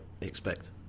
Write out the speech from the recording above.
expect